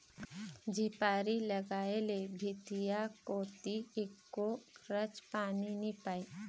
झिपारी लगाय ले भीतिया कोती एको रच पानी नी परय